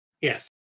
Yes